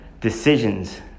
decisions